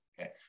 okay